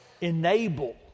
enable